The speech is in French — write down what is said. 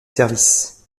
services